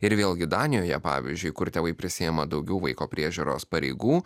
ir vėlgi danijoje pavyzdžiui kur tėvai prisiima daugiau vaiko priežiūros pareigų